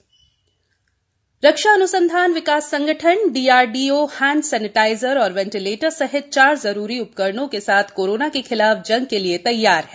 DRDO रक्षा अनुसंधान विकास संगठन डीआरडीओ हैंड सैनिटाइजर और वैंटिलेटर सहित चार जरूरी उपकरणों के साथ कोरोना के खिलाफ जंग के लिए तैयार है